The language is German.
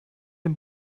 dem